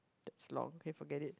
that's long okay forget it